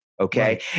okay